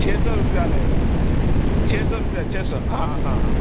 چھ سو روپیہ لگے گا چھ سو روپیہ چھ سو ہاں ہاں ہاں